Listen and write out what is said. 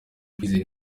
kwizera